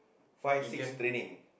five six training